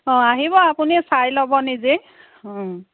অঁ আহিব আপুনি চাই ল'ব নিজে অঁ